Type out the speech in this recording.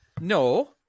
no